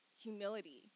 humility